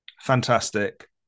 fantastic